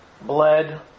bled